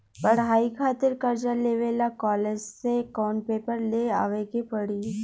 पढ़ाई खातिर कर्जा लेवे ला कॉलेज से कौन पेपर ले आवे के पड़ी?